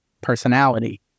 personality